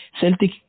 Celtic